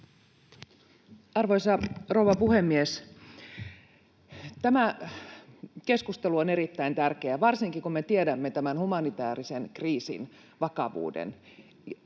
Arvoisa rouva puhemies! Tämä keskustelu on erittäin tärkeä, varsinkin kun me tiedämme tämän humanitäärisen kriisin vakavuuden.